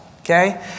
okay